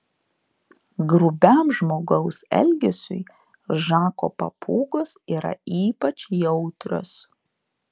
grubiam žmogaus elgesiui žako papūgos yra ypač jautrios